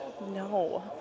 No